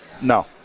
No